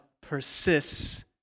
persists